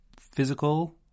physical